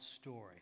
story